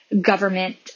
government